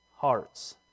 hearts